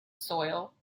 soil